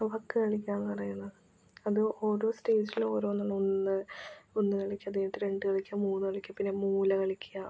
വക്ക് കളിക്കുകയെന്നു പറയുന്ന അത് ഓരോ സ്റ്റേജിലും ഓരോന്ന് നിന്ന് ഒന്നു കളിക്കുക അതു കഴിഞ്ഞിട്ട് രണ്ടു കളിക്കുക മൂന്നു കളിക്കുക പിന്നെ മൂല കളിക്കുക